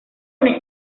una